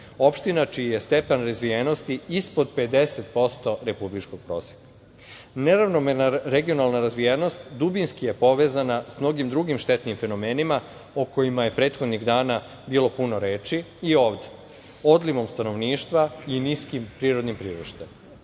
opština čiji je stepen razvijenosti ispod 50% republičkog proseka. Neravnomerna regionalna razvijenost dubinski je povezana sa mnogim drugim štetnim fenomenima o kojima je prethodnih dana bilo puno reči i ovde - odlivom stanovništva i niskim prirodnim priraštajem. Kako